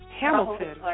Hamilton